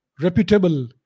reputable